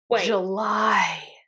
July